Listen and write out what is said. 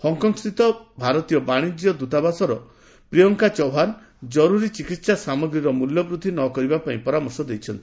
ହଫସ୍ଥିତ ଭାରତୀୟ ବାଶିଜ୍ୟଦୃତ ପ୍ରିୟଙ୍କା ଚୌହାନ କରୁରୀ ଚିକିତ୍ସା ସାମଗ୍ରୀର ମୂଲ୍ୟ ବୃଦ୍ଧି ନ କରିବା ପାଇଁ ପରାମର୍ଶ ଦେଇଛନ୍ତି